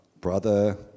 brother